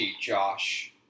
Josh